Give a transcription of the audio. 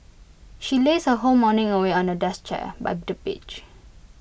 she lazed her whole morning away on A desk chair by the beach